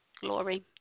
Glory